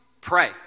pray